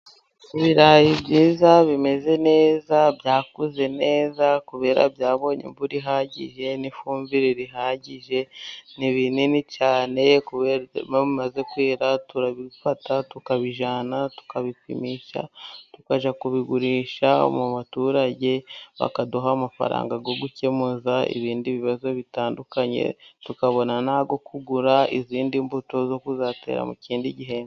Ibirayi byiza bimeze neza byakuze neza, kubera ko byabonye imvura ihagije n'ifumbire ihagije ni binini cyane, iyo bimaze kwera turabifata tukabijyana tukabipimisha tukajya kubigurisha mu baturage, bakaduha amafaranga yo gukemuza ibindi bibazo bitandukanye, tukabona n'ayo kugura izindi mbuto zo kuzatera mu kindi gihembwe.